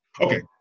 Okay